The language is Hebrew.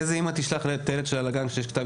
איזו אימא תשלח את הילד שלה לגן כשיש כתב